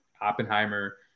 Oppenheimer